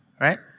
right